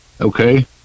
Okay